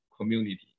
community